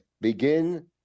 begin